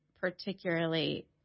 particularly